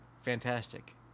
fantastic